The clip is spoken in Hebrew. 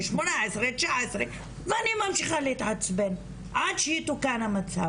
18, 19 ואני ממשיכה להתעצבן, עד שיתוקן המצב.